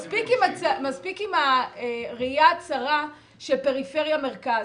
מספיק עם הראייה הצרה של פריפריה-מרכז.